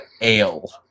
ale